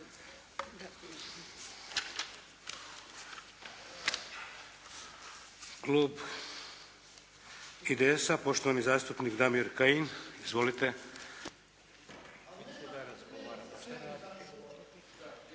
Klub IDS-a, poštovani zastupnik Damir Kajin. Izvolite!